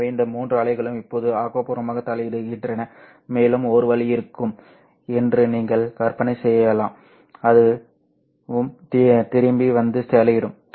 எனவே இந்த மூன்று அலைகளும் இப்போது ஆக்கபூர்வமாக தலையிடுகின்றன மேலும் ஒரு வழி இருக்கும் என்று நீங்கள் கற்பனை செய்யலாம் அதுவும் திரும்பி வந்து தலையிடும்